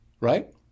Right